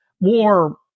more